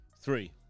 three